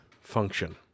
function